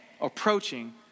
approaching